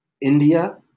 India